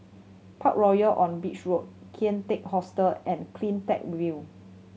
Parkroyal on Beach Road Kian Teck Hostel and Cleantech View